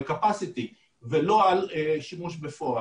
ככל שאנחנו יכולים למנוע את הזיהום הזה, כך יוטב.